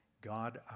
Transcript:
God